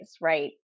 right